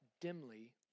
dimly